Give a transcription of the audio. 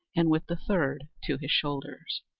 and with the third to his shoulders.